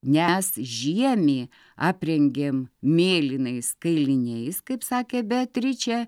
nes žiemį aprengėm mėlynais kailiniais kaip sakė beatričė